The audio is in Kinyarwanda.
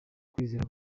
kwizera